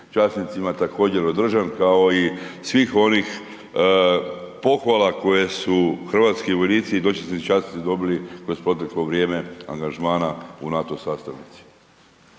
časnicima također, održan kao i svih onih pohvala koje su hrvatski vojnici, dočasnici i časnici, dobili kroz proteklo vrijeme angažmana u NATO sastavnici.